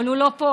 אבל הוא לא פה,